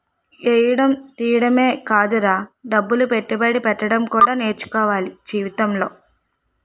ఎయ్యడం తియ్యడమే కాదురా డబ్బులు పెట్టుబడి పెట్టడం కూడా నేర్చుకోవాల జీవితంలో